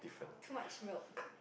too much milk